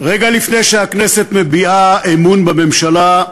רגע לפני שהכנסת מביעה אמון בממשלה,